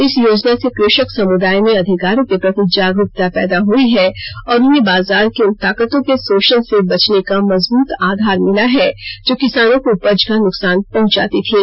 इस योजना से कषक समदाय में अधिकारों के प्रति जागरूकता पैदा हई है और उन्हें बाजार की उन ताकतों के शोषण से बचने का मजबूत आधार मिला है जो किसानों को उपज का नुकसान पहुंचाती थीं